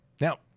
Now